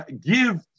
give